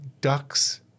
ducks